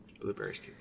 Blueberries